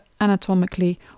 anatomically